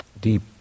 deep